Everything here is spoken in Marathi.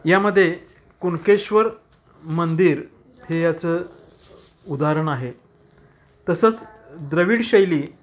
यामध्ये कुणकेश्वर मंदिर हे याचं उदाहरण आहे तसंच द्रविड शैली